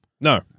No